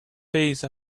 phase